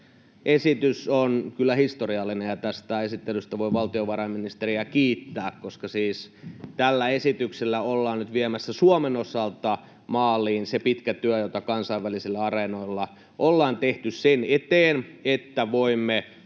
esitys on kyllä historiallinen, ja tästä esittelystä voi valtiovarainministeriä kiittää, koska siis tällä esityksellä ollaan nyt viemässä Suomen osalta maaliin se pitkä työ, jota kansainvälisillä areenoilla ollaan tehty sen eteen, että voimme